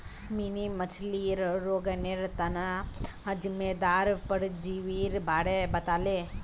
mini मछ्लीर रोगेर तना जिम्मेदार परजीवीर बारे बताले